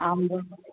आम्